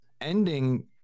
ending